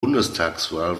bundestagswahl